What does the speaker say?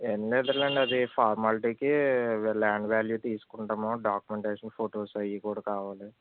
ఏమి లేదు లేండి అది ఫార్మాలిటీకి ల్యాండ్ వ్యాల్యూ తీసుకుంటాము డాక్యుమెంటేషన్ ఫోటోస్ అవి కూడా కావాలి